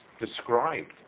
described